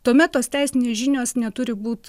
tuomet tos teisinės žinios neturi būt